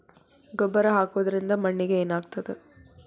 ಗೊಬ್ಬರ ಹಾಕುವುದರಿಂದ ಮಣ್ಣಿಗೆ ಏನಾಗ್ತದ?